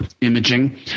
imaging